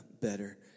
better